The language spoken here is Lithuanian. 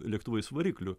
lėktuvais varikliu